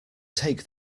take